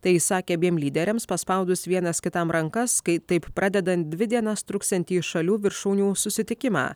tai jis sakė abiem lyderiams paspaudus vienas kitam rankas kai taip pradedant dvi dienas truksiantį šalių viršūnių susitikimą